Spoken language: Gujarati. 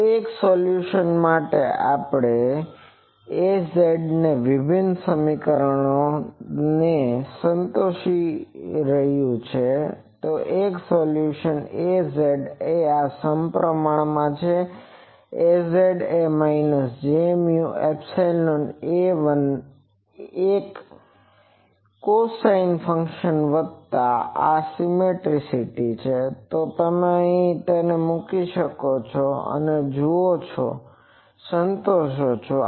તો એક સોલ્યુશન માટેAz આ વિભિન્ન સમીકરણને સંતોષી રહ્યું છેએક સોલ્યુશન Az એ આ પ્રમાણે છે Az એ minus J mu epsilon A1 એક કોસાઇન ફંક્શન વત્તા આ સિમેટ્રી છે અને આ તમે તેને અહીં મૂકી શકો છો અને જુઓ કે તે સંતોશે છે